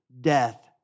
death